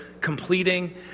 completing